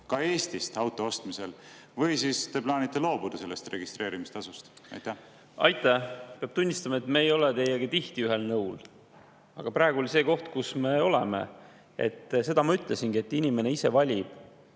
ostetakse Eestist, või te plaanite loobuda sellest registreerimistasust? Aitäh! Peab tunnistama, et me ei ole teiega tihti ühel nõul, aga praegu oli see koht, kus me oleme. Seda ma ütlesingi, et inimene ise valib,